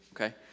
Okay